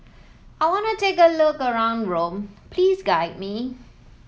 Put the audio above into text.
I want to have a look around Rome please guide me